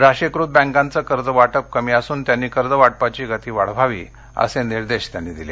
राष्ट्रीयकृत बँकांचं कर्ज वाटप कमी असून त्यांनी कर्ज वाटपाची गती वाढवावी असे निर्देश दिले